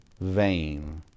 vain